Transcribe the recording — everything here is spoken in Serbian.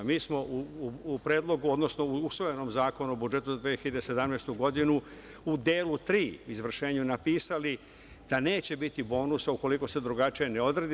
Mi smo u predlogu , odnosno u usvojenom zakonu o budžetu za 2017. godinu u delu tri izvršenju napisali da neće biti bonusa ukoliko se drugačije ne odredi.